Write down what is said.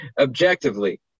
objectively